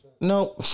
No